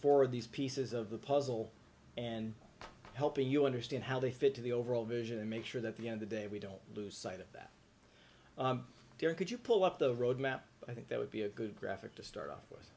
forward these pieces of the puzzle and helping you understand how they fit to the overall vision and make sure that the end of day we don't lose sight of that there could you pull up the road map i think that would be a good graphic to start off